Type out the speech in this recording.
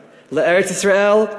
לארץ-ישראל,